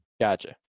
Gotcha